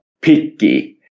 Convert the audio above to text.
picky